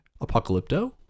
Apocalypto